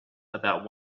about